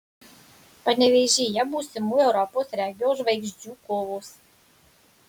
panevėžyje būsimų europos regbio žvaigždžių kovos